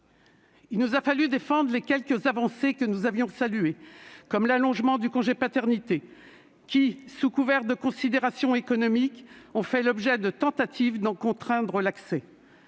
Il nous a fallu défendre les quelques avancées que nous avions saluées, comme l'allongement du congé de paternité, et qui sous couvert de considérations économiques ont fait l'objet de tentatives pour en contraindre l'accès.